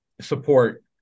support